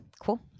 cool